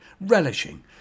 relishing